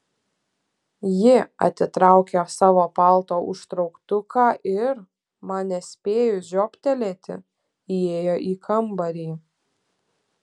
ji atitraukė savo palto užtrauktuką ir man nespėjus žiobtelėti įėjo į kambarį